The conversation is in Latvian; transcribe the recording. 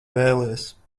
vēlies